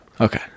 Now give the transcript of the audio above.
okay